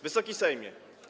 Wysoki Sejmie!